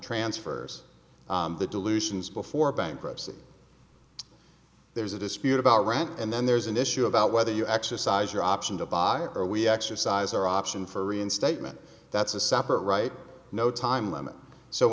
transfers the dilutions before bankruptcy there's a dispute about rent and then there's an issue about whether you exercise your option to buy or we exercise our option for reinstatement that's a separate right no time limit so